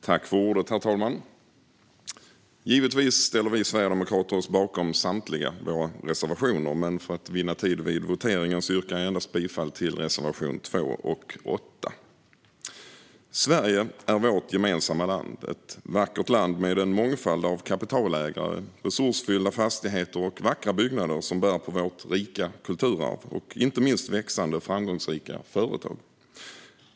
Herr talman! Givetvis ställer vi sverigedemokrater oss bakom samtliga våra reservationer, men för att vinna tid vid voteringen yrkar jag bifall endast till reservationerna 2 och 8. Sverige är vårt gemensamma land - ett vackert land med en mångfald av kapitalägare, resursfyllda fastigheter och vackra byggnader som bär på vårt rika kulturarv och inte minst växande framgångsrika företag.